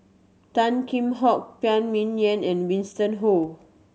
Tan Kheam Hock Phan Ming Yen and Winston